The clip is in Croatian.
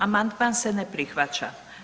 Amandman se ne prihvaća.